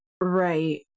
right